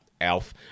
elf